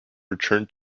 returned